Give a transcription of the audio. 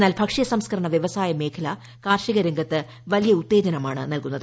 എന്നാൽ ഭക്ഷ്യ സംസ്ക്കരണ വ്യവസായ മേഖല കാർഷിക രംഗത്ത് വലിയ ഉത്തേജനമാണ് നല്കുന്നത്